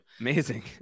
amazing